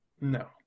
No